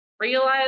Realize